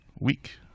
week